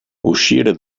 uscire